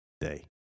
day